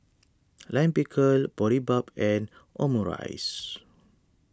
Lime Pickle Boribap and Omurice